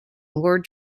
lord